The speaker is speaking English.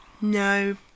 No